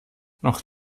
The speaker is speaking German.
noch